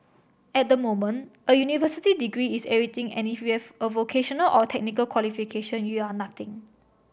at the moment a university degree is everything and if you have a vocational or technical qualification you are nothing